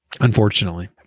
unfortunately